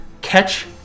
catch